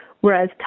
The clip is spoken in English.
Whereas